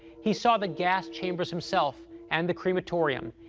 he saw the gas chambers himself and the crematorium.